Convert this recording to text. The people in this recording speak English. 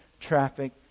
traffic